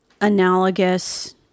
analogous